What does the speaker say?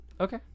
Okay